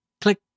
click